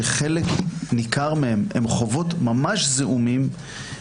שחלק ניכר מהם הם חובות ממש זעומים,